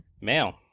male